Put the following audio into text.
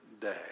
day